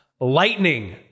lightning